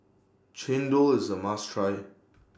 Chendol IS A must Try